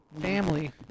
Family